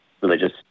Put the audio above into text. religious